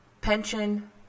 Pension